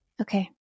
Okay